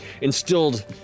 instilled